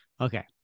Okay